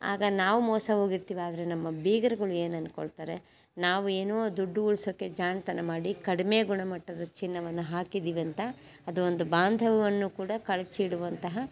ಆಗ ನಾವು ಮೋಸ ಹೋಗಿರ್ತಿವಿ ಆದರೆ ನಮ್ಮ ಬೀಗರುಗಳು ಏನು ಅಂದ್ಕೊಳ್ತಾರೆ ನಾವು ಏನೋ ದುಡ್ಡು ಉಳಿಸೋಕ್ಕೆ ಜಾಣತನ ಮಾಡಿ ಕಡಿಮೆ ಗುಣ ಮಟ್ಟದ ಚಿನ್ನವನ್ನು ಹಾಕಿದೀವಿ ಅಂತ ಅದೊಂದು ಬಾಂಧವ್ಯನ್ನು ಕೂಡ ಕಳಚಿಡುವಂತಹ